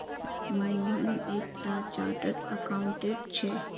मोहन एक टा chartered accountant छे